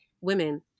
women